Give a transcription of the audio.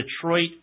Detroit